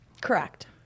Correct